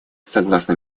согласно